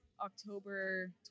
October